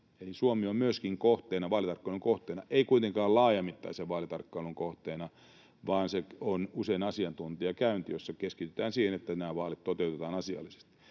Eli Suomi on myöskin vaalitarkkailun kohteena — ei kuitenkaan laajamittaisen vaalitarkkailun kohteena, vaan se on usein asiantuntijakäynti, jolla keskitytään siihen, että vaalit toteutetaan asiallisesti.